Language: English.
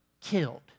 killed